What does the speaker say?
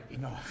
no